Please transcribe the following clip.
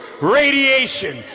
radiation